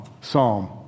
psalm